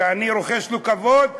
שאני רוחש לו כבוד,